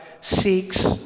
seeks